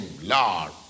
Lord